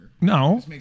No